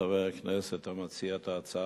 חבר הכנסת המציע את ההצעה,